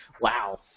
Wow